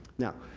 now,